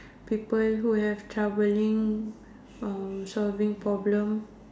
people who have troubling from solving problems